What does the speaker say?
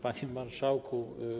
Panie Marszałku!